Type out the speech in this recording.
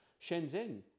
Shenzhen